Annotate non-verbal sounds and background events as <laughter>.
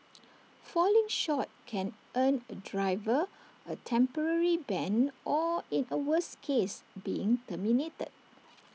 falling short can earn A driver A temporary ban or in A worse case being terminated <noise>